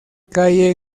calle